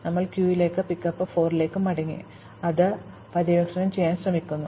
ഞങ്ങൾ ക്യൂവിലേക്കും പിക്കപ്പ് 4 ലേക്കും മടങ്ങി അത് പര്യവേക്ഷണം ചെയ്യാൻ ശ്രമിക്കുന്നു